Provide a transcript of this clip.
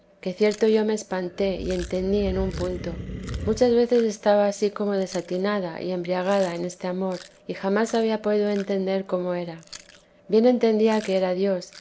que cierto yo me espanté y entendí en un punto muchas veces estaba ansí como desatinada y embriagada en este amor y jamás había podido entender cómo era bien entendía que era dios